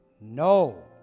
No